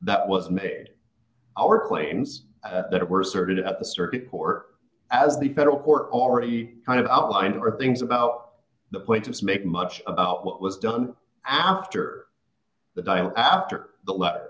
that was made our claims that were asserted at the circuit court as the federal court already kind of outlined or things about the places make much about what was done after the diet after the letter